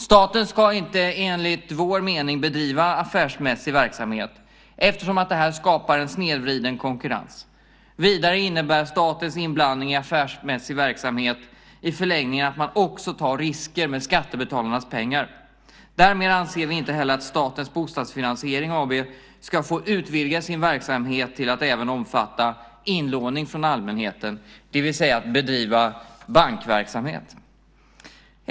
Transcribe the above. Staten ska enligt vår mening inte bedriva affärsmässig verksamhet eftersom det skapar en snedvriden konkurrens. Vidare innebär statens inblandning i affärsmässig verksamhet i förlängningen att man också tar risker med skattebetalarnas pengar. Därmed anser vi inte heller att Statens bostadsfinansiering AB ska få utvidga sin verksamhet till att även omfatta inlåning från allmänheten, det vill säga bedriva bankverksamhet.